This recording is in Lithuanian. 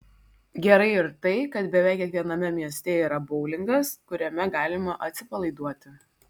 gerai ir tai kad beveik kiekviename mieste yra boulingas kuriame galima atsipalaiduoti